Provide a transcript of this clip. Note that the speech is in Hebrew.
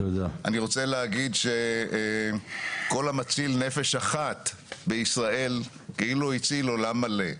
אני רוצה להגיד שכל המציל נפש אחת בישראל כאילו הציל עולם מלא.